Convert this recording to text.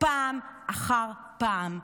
פעם אחר פעם.